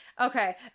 Okay